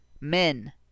Men